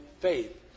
faith